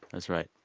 that's right.